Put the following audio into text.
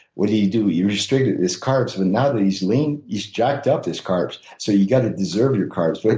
what did he do? he restricted his carbs. but now that he's lean, he's jacked up his carbs. so you've got to deserve your carbs. but